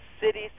city